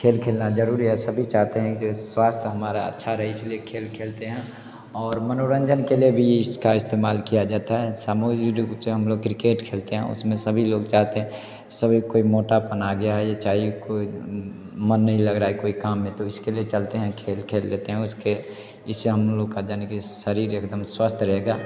खेल खेलना ज़रूरी है सभी चाहते हैं कि जो स्वास्थय हमारा अच्छा रहे इसीलिए खेल खेलते हैं और मनोरंजन के लिए भी इसका इस्तेमाल किया जाता है सामूहिक रूप से हम लोग क्रिकेट खेलते हैं उसमें सभी लोग जाते हैं सभी कोई मोटापन आ गया है या चाहें कोई मन नहीं लग रहा है कोई काम में तो इसके लिए चलते हैं खेल खेल लेते हैं उसके इससे हम लोग का यानि कि शरीर एकदम स्वस्थ रहेगा